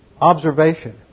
Observation